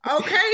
Okay